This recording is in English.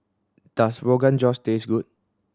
does Rogan Josh taste good